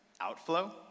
outflow